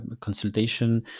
consultation